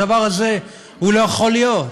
הדבר הזה לא יכול להיות.